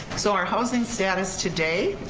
so our housing status today,